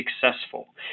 successful